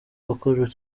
abakora